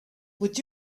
would